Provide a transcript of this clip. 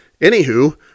anywho